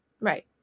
right